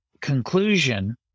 conclusion